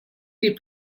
les